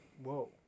Whoa